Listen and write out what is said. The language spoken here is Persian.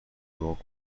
دعا